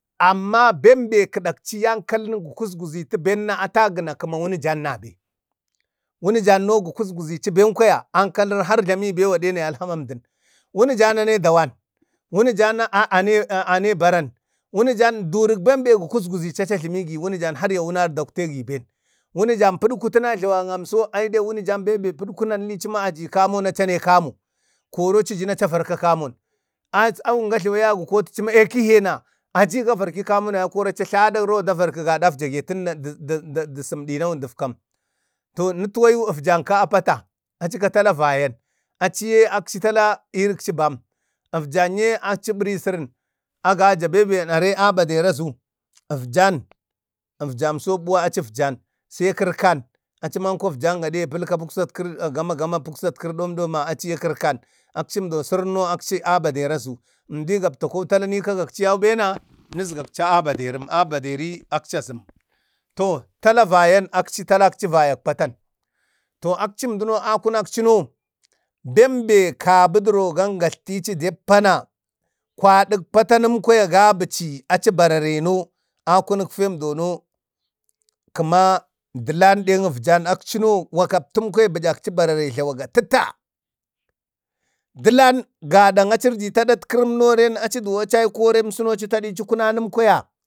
Amma bembe kadaƙchi ankalən, gə kuzkuzitu benna ata gəna kəma wunu jan nabe. Wunujam no gə kuzkuzi ben, kwaya ankalari har jlami ben yulhama jlamən əmdən. Wunan jam ane dawan, wunun janan'a, ane baran, wuna jan duriq bembe gə kuzkuzichi achi a jlamigi, wunujam har ya wanari daktegi ben. Wunu jan putku təna jlawamso putku ɛ nəlhichima aji koma na a cana kamo, koro aci jina aca varka kamon a wun ga jlawa ya gikotaci aki hee na aji ga varki kamona yaikori atlayi aɗak rawa danə da varki gaɗan afjagetən da da səmoɗana dafkam so ne tuwagu, afjanka a pata, acika tala vayan aci ye tala irikchi bam efjanye akci ɓari sarən, agaja are a baderi azu efjan, afjamso ɓuwa aci afjan, sai kərkan acimanko afjan gaɗaye palka palka, puksa tkari, gamagama puksatkori gama ɗomma. Achiye karken, akchimdo sərən a baderi azu, əmdi gaptakou tala nikagak ci you bena nusgaci a Baderim. a Baderi akci zam. To tala vayan akci tala vayak patan. To akcim dəno a kunakchno, bembe kabuduro gangajltikci doppana, kwadək patanəmna gabachi achi banareno akunuk femdono kəma dəlan ɗeng afjan akci no wakaptan kwaya duyakci bararet jlawaga təta. Dəlen gada aci ərditu ɗe aɗatkaram no ram aci duwan acaiko remsəno aci tadi ci kunan ti kwaya